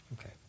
Okay